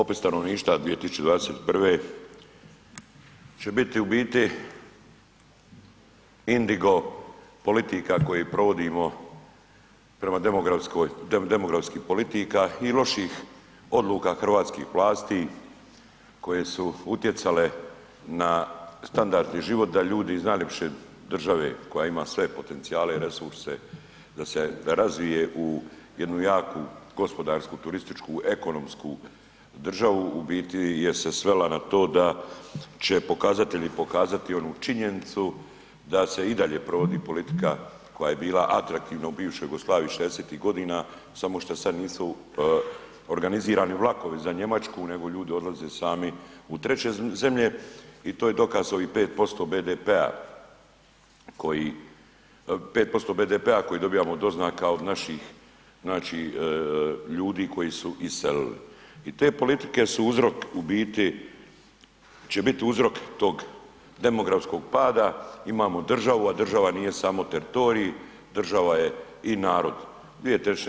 Popis stanovništva 2021. će biti u biti indigo politika koje provodimo prema demografskoj, demografskih politika i loših odluka hrvatskih vlasti koje su utjecale na standard i život da ljudi iz najlipše države koja ima sve potencijale i resurse da se razvije u jednu jaku gospodarsku, turističku, ekonomsku državu u biti je se svela na to da će pokazatelji pokazati onu činjenicu da se i dalje provodi politika koja je bila atraktivna u bivšoj Jugoslaviji '60.-tih godina samo šta sad nisu organizirani vlakovi za Njemačku nego ljudi odlaze sami u treće zemlje i to je dokaz ovih 5% BDP-a koji, 5% BDP-a koji dobijamo od doznaka od naših znači ljudi koji su iselili i te politike su uzrok u biti, će bit uzrok tog demografskog pada, imamo državu, a država nije samo teritorij, država je i narod, 2/